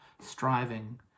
striving